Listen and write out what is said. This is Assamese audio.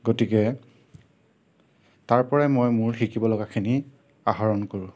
গতিকে তাৰ পৰাই মই মোৰ শিকিবলগীয়াখিনি আহৰণ কৰোঁ